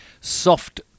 soft